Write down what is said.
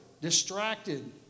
distracted